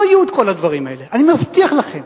אני מבטיח לכם.